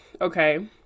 okay